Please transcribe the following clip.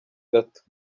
gato